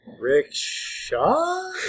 Rickshaw